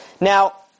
Now